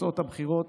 תוצאות הבחירות